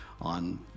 on